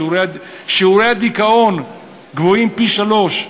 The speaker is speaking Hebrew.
שיעורי הדיכאון גבוהים פי-שלושה,